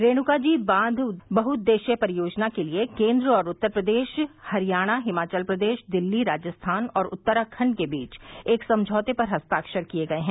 रेणुकाजी बांध बहुउद्देश्यीय परियोजना के लिए केन्द्र और उत्तर प्रदेश हरियाणा हिमाचल प्रदेश दिल्ली राजस्थान और उत्तराखंड के बीच एक समझौते पर हस्ताक्षर किए गए हैं